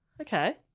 Okay